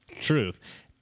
Truth